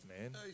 man